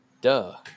duh